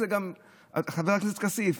חבר הכנסת כסיף,